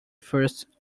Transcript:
first